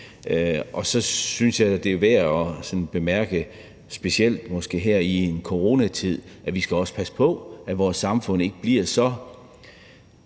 af. Så synes jeg, det er værd at bemærke, måske specielt her i en coronatid, at vi også skal passe på, at vores samfund ikke bliver så